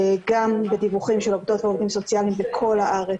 גם בדיווחים של עובדות ועובדים סוציאליים בכל הארץ,